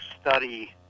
study